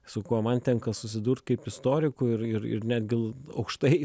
su kuo man tenka susidurt kaip istorikui ir ir netgi aukštai